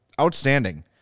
Outstanding